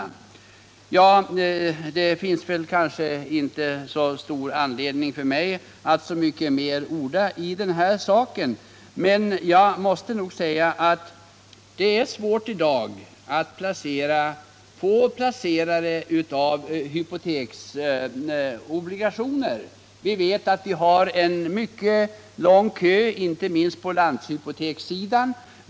47 Det finns kanske inte så stor anledning för mig att orda mycket mer i den här saken, men jag vill ändå betona att det i dag är svårt att få placerare av hypoteksobligationer. Det finns en mycket lång kö, inte minst på landshypotekssidan.